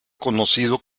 conocido